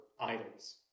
idols